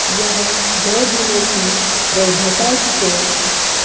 ह्या घर विमोची वैधताय कितें